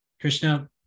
Krishna